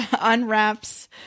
Unwraps